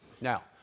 Now